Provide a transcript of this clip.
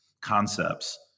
concepts